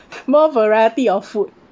more variety of food